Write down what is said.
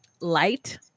light